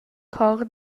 chor